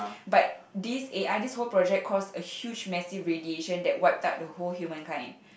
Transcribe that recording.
but this A_I this whole project cause a huge massive radiation that wipe out the whole human kind